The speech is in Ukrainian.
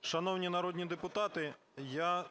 Шановні народні депутати, я